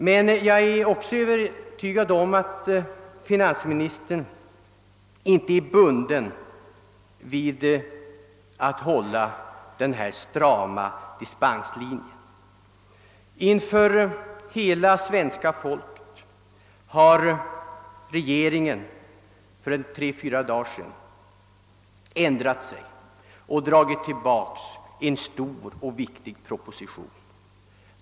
Men jag är också övertygad om att finansministern inte är bunden vid att hålla denna strama dispenslinje. Inför hela svenska folket har regeringen för tre, fyra dagar sedan ändrat sig och dragit tillbaka en stor och viktig proposition.